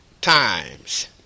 times